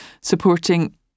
supporting